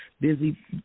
busy